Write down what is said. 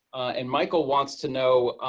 and michael wants to know,